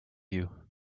you